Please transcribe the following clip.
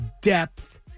depth